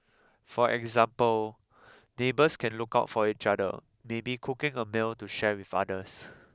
for example neighbours can look out for each other maybe cooking a meal to share with others